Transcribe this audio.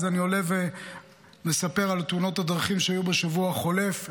אז אני עולה ומספר על תאונות הדרכים שהיו בשבוע החולף.